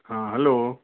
हँ हेलो